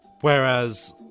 Whereas